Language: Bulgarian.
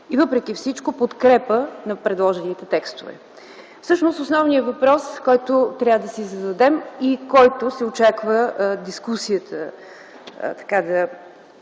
и въпреки всичко – подкрепа на предложените текстове. Всъщност основният въпрос, който трябва да си зададем и по който се очаква тезите